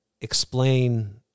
explain